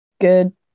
good